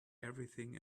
everything